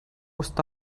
está